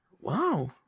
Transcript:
Wow